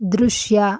ದೃಶ್ಯ